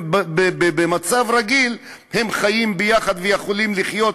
ובמצב רגיל הם חיים ביחד ויכולים לחיות